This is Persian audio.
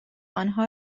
انها